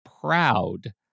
proud